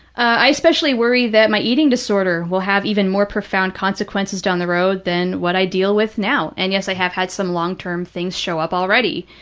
i especially worry that my eating disorder will have even more profound consequences down the road than what i deal with now, and yes, i have had some long-term things show up already.